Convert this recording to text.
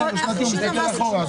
כן, הוא שנתי, הוא מסתכל אחורה.